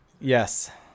Yes